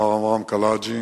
מר עמרם קלעג'י,